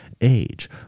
Age